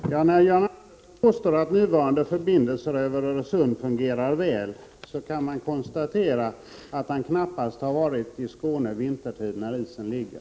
Herr talman! När Jan Andersson påstår att nuvarande förbindelser över Öresund fungerar väl, kan man konstatera att han knappast har varit i Skåne vintertid när isen ligger.